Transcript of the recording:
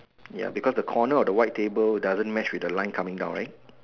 ya because the corner of the white table doesn't match with the line coming down right